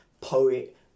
poet